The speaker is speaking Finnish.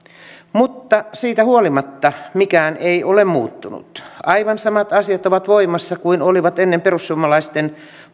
mutta siitä huolimatta mikään ei ole muuttunut aivan samat asiat ovat voimassa kuin ennen perussuomalaisten